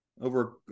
over